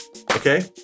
okay